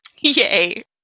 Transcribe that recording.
Yay